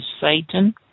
Satan